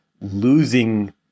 Losing